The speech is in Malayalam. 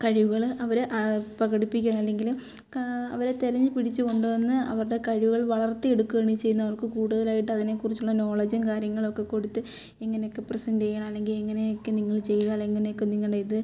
കഴിവുകൾ അവർ പ്രകടിപ്പിക്കും അല്ലെങ്കിൽ അവരെ തിരഞ്ഞു പിടിച്ച് കൊണ്ടുവന്ന് അവരുടെ കഴിവുകൾ വളർത്തി എടുക്കുവാണ് ചെയ്യുന്നത് അവർക്ക് കൂടുതലായിട്ട് അതിനെക്കുറിച്ചുള്ള നോളജും കാര്യങ്ങളുമൊക്കെ കൊടുത്ത് ഇങ്ങനെയൊക്കെ പ്രെസന്റ് ചെയ്യണം അല്ലെങ്കിൽ ഇങ്ങനെയൊക്കെ നിങ്ങൾ ചെയ്താൽ ഇങ്ങനെയൊക്കെ നിങ്ങളുടെ ഇത്